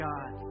God